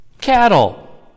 Cattle